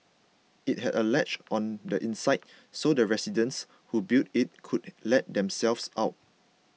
it had a latch on the inside so the residents who built it could let themselves out